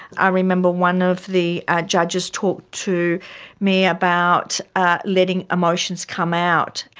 i remember one of the judges talked to me about ah letting emotions come out.